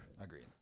Agreed